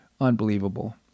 Unbelievable